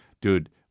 Dude